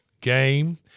Game